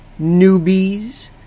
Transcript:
newbies